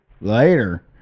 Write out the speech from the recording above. Later